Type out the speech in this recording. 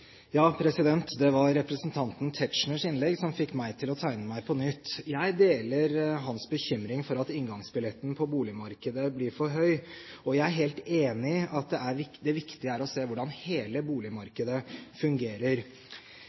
Tetzschners innlegg som fikk meg til å tegne meg på nytt. Jeg deler hans bekymring for at inngangsbilletten på boligmarkedet blir for høy, og jeg er helt enig i at det viktige er å se hvordan hele boligmarkedet fungerer.